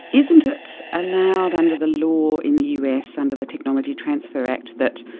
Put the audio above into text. isn't it allowed under the law in the us, under the technology transfer act that